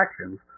actions